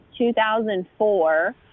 2004